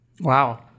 Wow